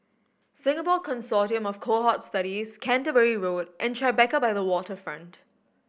Singapore Consortium of Cohort Studies Canterbury Road and Tribeca by the Waterfront